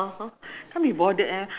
plan and try